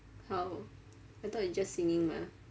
how I thought it's just singing mah